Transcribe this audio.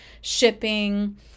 shipping